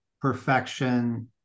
perfection